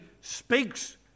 speaks